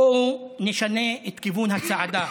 בואו נשנה את כיוון הצעדה